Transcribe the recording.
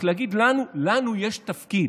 רק להגיד: לנו יש תפקיד.